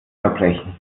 verbrechen